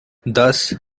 thus